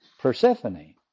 Persephone